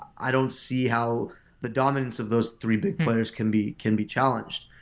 i don't see how the dominance of those three big players can be can be challenged.